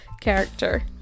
character